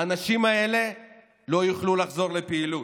האנשים האלה לא יוכלו לחזור לפעילות.